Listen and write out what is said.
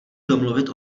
domluvit